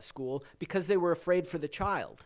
school because they were afraid for the child.